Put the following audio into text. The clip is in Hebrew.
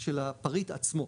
של הפריט עצמו.